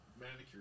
manicure